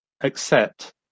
accept